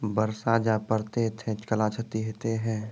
बरसा जा पढ़ते थे कला क्षति हेतै है?